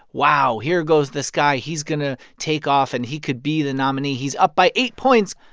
wow, here goes this guy. he's going to take off, and he could be the nominee. he's up by eight points.